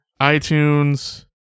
iTunes